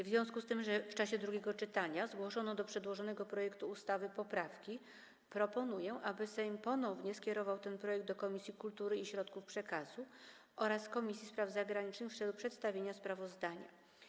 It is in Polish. W związku z tym, że w czasie drugiego czytania zgłoszono do przedłożonego projektu ustawy poprawki, proponuję, aby Sejm ponownie skierował ten projekt do Komisji Kultury i Środków Przekazu oraz Komisji Spraw Zagranicznych w celu przedstawienia sprawozdania.